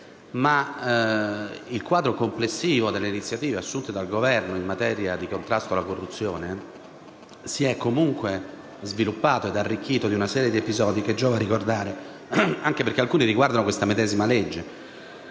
il quadro complessivo delle iniziative assunte dal Governo in materia di contrasto alla corruzione si è comunque sviluppato ed arricchito di una serie di episodi che giova ricordare, anche perché alcuni riguardano questa medesima legge.